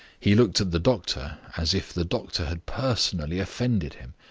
he looked at the doctor as if the doctor had personally offended him.